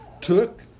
took